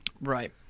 Right